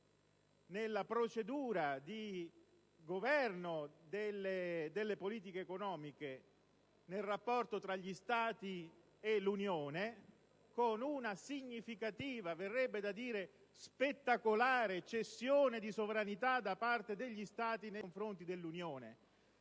nella procedura di governo delle politiche economiche, nel rapporto tra gli Stati e l'Unione, con una significativa - verrebbe da dire spettacolare - cessione di sovranità da parte degli Stati nei confronti dell'Unione.